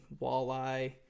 walleye